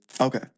Okay